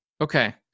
Okay